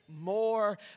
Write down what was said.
more